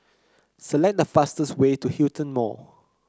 select the fastest way to Hillion Mall